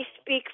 speak